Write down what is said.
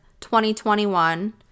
2021